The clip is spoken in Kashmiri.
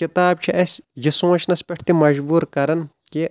کِتاب چھِ اسہِ یہِ سونٛچنس پٮ۪ٹھ تہِ مجبور کران کہِ